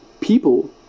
people